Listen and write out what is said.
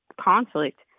conflict